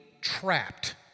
trapped